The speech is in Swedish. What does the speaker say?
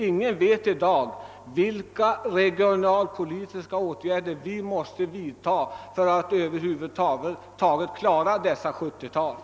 Ingen vet i dag vilka regionalpolitiska åtgärder vi kan bli tvungna att vidta för att över huvud taget klara situationen på 1970-talet.